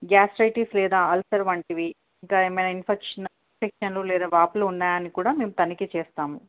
gastritis లేదా ulcer వంటివి ఇంకా ఏమైనా ఇన్ఫెక్షన్ ఇన్ఫెక్షన్లు లేదా వాపులు ఉన్నాయ అని కూడా మేము తనిఖి చేస్తాము